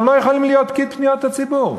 לא יכולים להיות פקיד פניות הציבור?